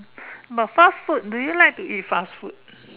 but fast food do you like to eat fast food